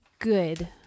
Good